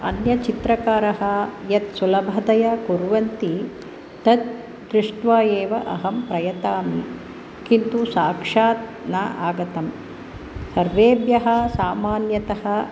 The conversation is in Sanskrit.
अन्यचित्रकारः यत् सुलभतया कुर्वन्ति तत् दृष्ट्वा एव अहं प्रयतामि किन्तु साक्षात् न आगतं सर्वेभ्यः सामान्यतः